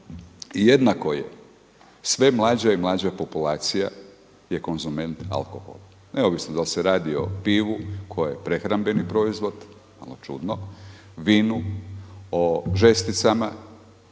jednako je sve mlađa i mlađa populacija je konzument alkohola neovisno dal' se radi o pivu koja je prehrambeni proizvod, malo čudno. Vinu, o žesticama